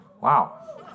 Wow